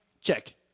check